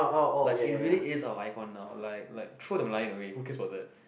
like it really is our icon now like like throw the Merlion away who cares about that